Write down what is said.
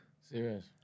Serious